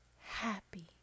happy